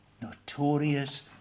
Notorious